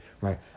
right